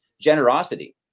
generosity